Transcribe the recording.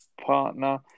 partner